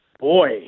boy